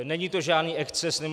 Není to žádný exces.